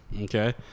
Okay